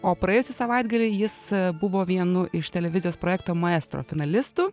o praėjusį savaitgalį jis buvo vienu iš televizijos projekto maestro finalistų